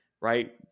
right